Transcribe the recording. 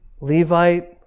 Levite